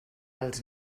als